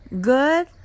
good